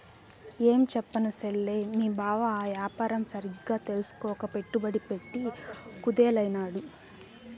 ఏంచెప్పను సెల్లే, మీ బావ ఆ యాపారం సరిగ్గా తెల్సుకోక పెట్టుబడి పెట్ట కుదేలైనాడు